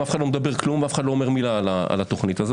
אף אחד לא מדבר ואף אחד לא אומר מילה על התוכנית הזאת,